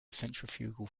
centrifugal